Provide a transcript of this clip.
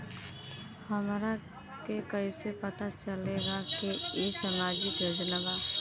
हमरा के कइसे पता चलेगा की इ सामाजिक योजना बा?